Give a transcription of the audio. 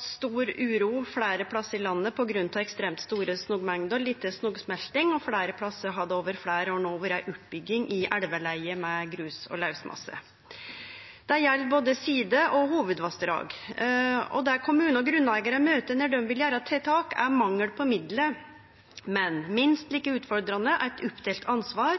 stor uro fleire stader i landet på grunn av ekstremt store snømengder og lite snøsmelting, og fleire stader har det over fleire år no vore ei oppbygging i elveleie av grus og lausmasse. Dette gjeld både side- og hovudvassdrag. Det kommunar og grunneigarar møter når dei vil gjere tiltak, er mangel på midlar, men minst like utfordrande eit oppdelt ansvar